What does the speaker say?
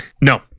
No